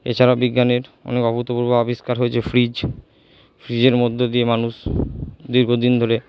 এছাড়াও বিজ্ঞানের অনেক অভূতপূর্ব আবিষ্কার হচ্ছে ফ্রিজ ফ্রিজের মধ্য দিয়ে মানুষ দীর্ঘ দিন ধরে